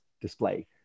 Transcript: display